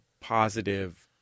positive